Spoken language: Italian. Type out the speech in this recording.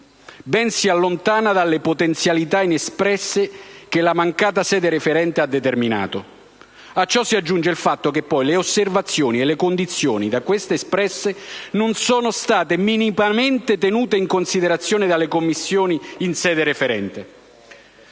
si allontana dalle potenzialità inespresse che la mancata sede referente ha determinato. A ciò si aggiunge il fatto che poi le osservazioni e le condizioni da questa espresse non sono state minimamente tenute in considerazione dalle Commissioni in sede referente.